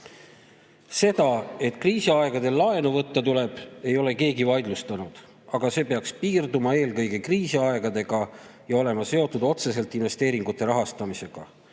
"Seda, et kriisiaegadel laenu võtta tuleb, ei ole keegi vaidlustanud. Aga see peaks piirduma eelkõige kriisiaegadega ja olema seotud otseselt investeeringute rahastamisega.